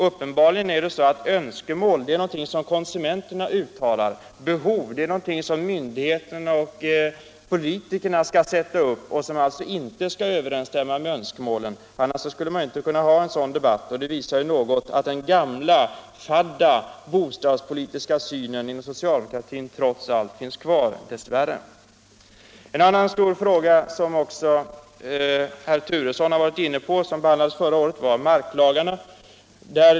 Uppenbarligen är önskemål någonting som konsumenterna uttalar, medan behov är någonting som myndigheterna och politikerna sätter upp och som alltså inte skall överensstämma med önskemålen. Annars skulle en sådan debatt inte kunna föras. Den visar också att den gamla fadda bostadspolitiska synen inom socialdemokratin trots allt finns kvar. En annan stor fråga, som också herr Turesson har varit inne på och som även behandlades förra året, är marklagarna.